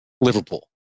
Liverpool